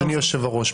אדוני היושב-ראש,